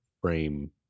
frame